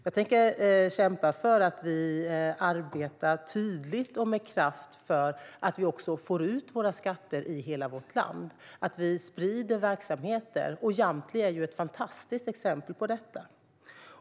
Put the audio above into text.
Jag tänker också kämpa för att vi tydligt och med kraft arbetar för att få ut Sveriges skatter i hela landet och att vi sprider verksamheter, och Jamtli är ett fantastiskt exempel på det.